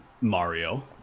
Mario